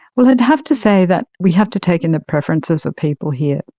well, i'd have to say that we have to take in the preferences of people here,